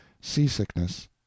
seasickness